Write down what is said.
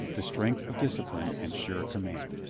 the strength of discipline and sure command.